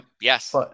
Yes